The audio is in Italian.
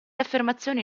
affermazioni